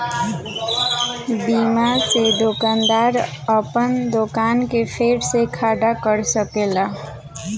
बीमा से दोकानदार आपन दोकान के फेर से खड़ा कर सकेला